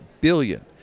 billion